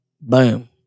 Boom